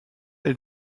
elle